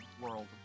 World